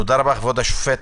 תודה רבה, כבוד השופט.